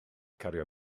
cario